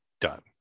done